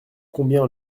combien